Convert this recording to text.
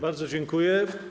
Bardzo dziękuję.